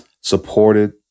supported